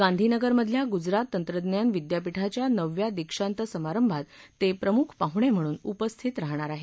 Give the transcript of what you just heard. गांधीनगरमधल्या गुजरात तंत्रज्ञान विद्यापीठाच्या नवव्या दीक्षांत समारंभात ते प्रमुख पाहुणे म्हणून उपस्थित राहणार आहेत